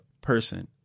person